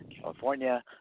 California